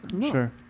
Sure